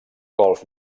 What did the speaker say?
golf